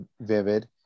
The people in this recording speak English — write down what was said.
vivid